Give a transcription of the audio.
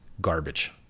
Garbage